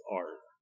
art